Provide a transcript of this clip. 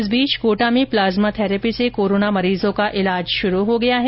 इस बीच कोटा में प्लाज्मा थैरेपी से कोरोना मरीजों का इलाज शुरू हो गया है